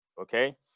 Okay